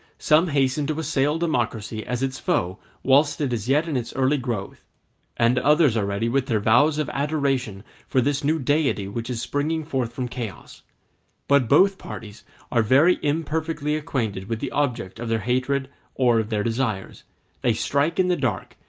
some hasten to assail democracy as its foe whilst it is yet in its early growth and others are ready with their vows of adoration for this new deity which is springing forth from chaos but both parties are very imperfectly acquainted with the object of their hatred or of their desires they strike in the dark,